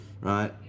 Right